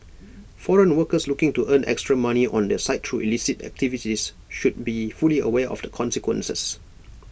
foreign workers looking to earn extra money on the side through illicit activities should be fully aware of the consequences